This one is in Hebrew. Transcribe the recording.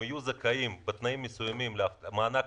הם יהיו זכאים בתנאים מסוימים אולי למענק